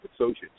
associates